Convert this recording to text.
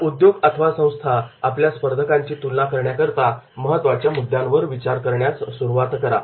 आपला उद्योग अथवा संस्था आपल्या स्पर्धकांची तुलना करण्याकरिता महत्त्वाच्या मुद्द्यांवर विचार करण्यास सुरुवात करा